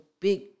big